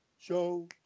show